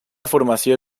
formació